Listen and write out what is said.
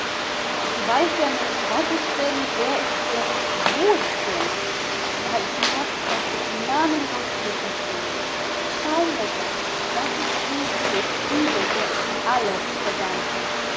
ich weiß ja nicht was ich bin wer ich bin wo ich bin ich weiß nur daß ich namenlos glücklich bin schau mutter das ist sie die ich liebe der ich alles verdanke